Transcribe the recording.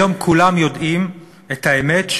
היום כולם יודעים את האמת,